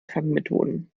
fangmethoden